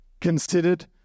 considered